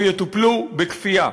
או יטופלו בכפייה.